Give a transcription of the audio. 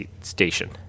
station